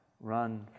run